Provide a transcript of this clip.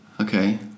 Okay